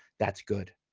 that's good.